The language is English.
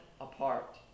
apart